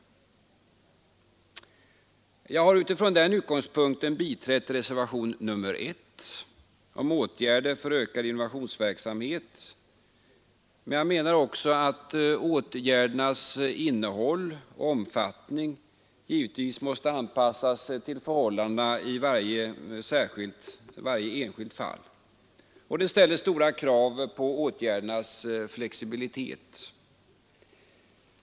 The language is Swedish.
Jag har utifrån den nämnda utgångspunkten biträtt reservationen 1 om åtgärder för ökad innovationsverksamhet, men jag menar också att åtgärdernas innehåll och omfattning givetvis måste anpassas till förhållandena i varje enskilt fall. Det ställer stora krav på åtgärdernas flexibilitet.